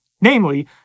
namely